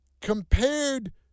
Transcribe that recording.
compared